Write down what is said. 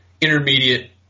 intermediate